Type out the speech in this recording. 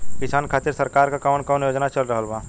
किसान खातिर सरकार क कवन कवन योजना चल रहल बा?